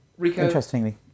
Interestingly